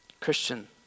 Christian